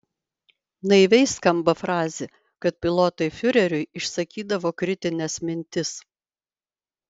naiviai skamba frazė kad pilotai fiureriui išsakydavo kritines mintis